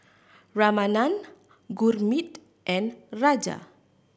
Ramanand Gurmeet and Raja